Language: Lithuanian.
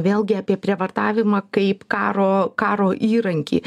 vėlgi apie prievartavimą kaip karo karo įrankį